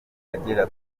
agera